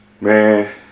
Man